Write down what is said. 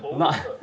not